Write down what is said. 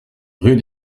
rue